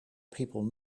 people